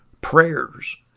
prayers